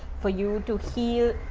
for you to heal.